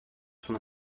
son